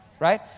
right